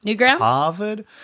Harvard